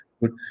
good